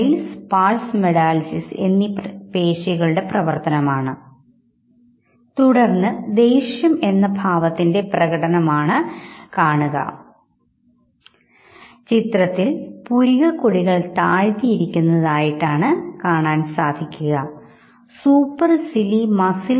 മുഖഭാവപ്രകടനങ്ങൾ നിയന്ത്രിക്കുന്ന പേശിവ്യൂഹങ്ങളും നിയന്ത്രണങ്ങളും ഉണ്ടെങ്കിലും എങ്കിലും ഒരു പരിധിവരെ അത്തരം ഭാവപ്രകടനങ്ങളെ നിയന്ത്രിക്കുന്നതിൽ സാംസ്കാരിക അവസ്ഥകൾ പങ്കുവഹിക്കുന്നുണ്ട് എന്നാണ് ന്യൂറോ കൾച്ചറൽ സിദ്ധാന്തം സമർത്ഥിക്കുന്നത്